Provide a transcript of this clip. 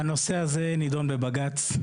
הנושא הזה נידון בבג"ץ.